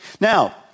Now